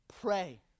pray